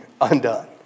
undone